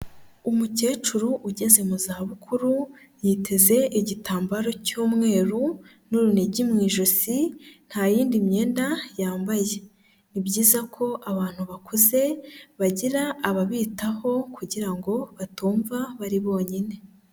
Umukecuru ugeze mu zabukuru, yiteze igitambaro cy'umweru n'urunigi mu ijosi, nta yindi myenda yambaye. Ni byiza ko abantu bakuze bagira ababitaho kugira ngo batumva bari bonyine.